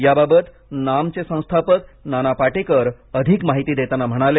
याबाबत नामचे संस्थापक नाना पाटेकर अधिक माहिती देताना म्हणाले